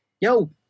Yo